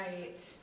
Right